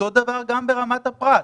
אותו דבר גם ברמת הפרט,